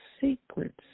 secrets